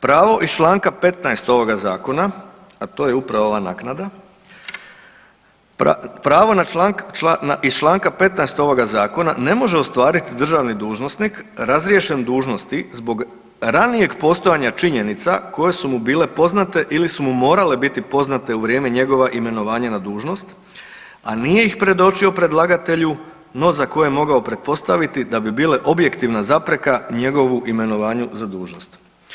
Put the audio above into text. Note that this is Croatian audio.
Pravo iz Članka 15. ovoga zakona, a to je upravo ova naknada, pravo na, iz Članak 15. ovoga zakona ne može ostvariti državni dužnosnik razriješen dužnosti zbog ranijeg postojanja činjenica koje su mu bile poznate ili su mu morale biti poznate u vrijeme njegova imenovanja na dužnost, a nije ih predočio predlagatelju no za koje je mogao pretpostaviti da bi bile objektivna zapreka njegovu imenovanju za dužnost.